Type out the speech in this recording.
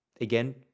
Again